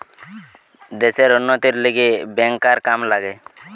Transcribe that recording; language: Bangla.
দ্যাশের উন্নতির লিগে ব্যাংকার কাম লাগে